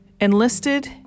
enlisted